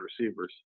receivers